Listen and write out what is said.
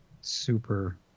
super